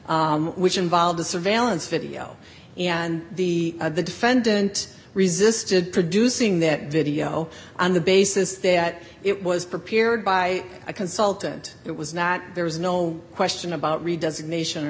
which involved a surveillance video and the the defendant resisted producing that video on the basis that it was prepared by a consultant it was not there was no question about redoes nation or